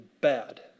bad